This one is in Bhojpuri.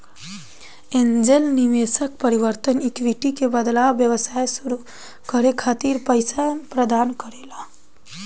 एंजेल निवेशक परिवर्तनीय इक्विटी के बदला व्यवसाय सुरू करे खातिर पईसा प्रदान करेला